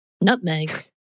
Nutmeg